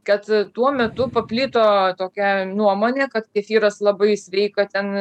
kad tuo metu paplito tokia nuomonė kad kefyras labai sveika ten